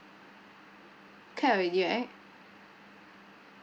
cut already right